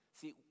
See